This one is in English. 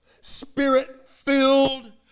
Spirit-filled